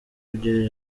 kugira